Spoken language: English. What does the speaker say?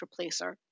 replacer